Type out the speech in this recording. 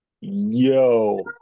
Yo